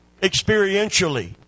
experientially